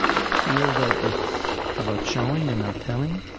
feel that it's about showing and not telling.